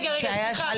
רגע,